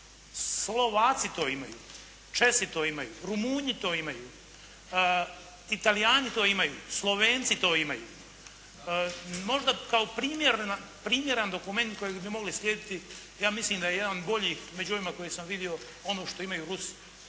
Slovaci to imaju, Česi to imaju, Rumunji to imaju, Talijani to imaju, Slovenci to imaju. Možda kao primjeran dokument kojeg bi mogli slijediti ja mislim da je jedan od boljih među ovima koje sam vidio, ono što imaju Rusi